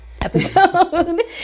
episode